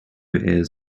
airs